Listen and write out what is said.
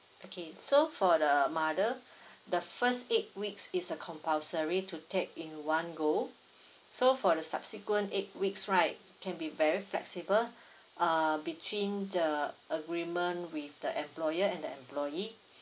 okay so for the mother the first eight weeks is a compulsory to take in one go so for the subsequent eight weeks right can be very flexible uh between the agreement with the employer and the employee